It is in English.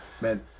man